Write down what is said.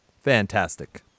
Fantastic